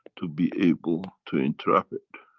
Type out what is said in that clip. to be able to entrap it.